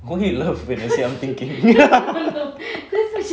why you laugh when I say I'm thinking